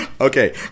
okay